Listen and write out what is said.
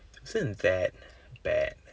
isn't that bad